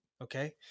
Okay